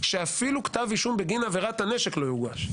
שאפילו כתב אישום בגין עבירת הנשק לא יוגש.